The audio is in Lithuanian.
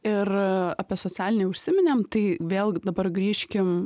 ir apie socialinį užsiminėm tai vėl dabar grįžkim